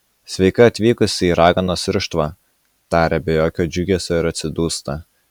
sveika atvykusi į raganos irštvą taria be jokio džiugesio ir atsidūsta